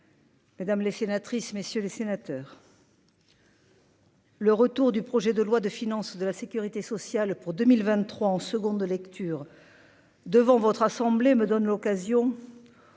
Mesdames les sénatrices, messieurs les sénateurs. Le retour du projet de loi de finances de la Sécurité sociale pour 2023 en seconde lecture devant votre assemblée, me donne l'occasion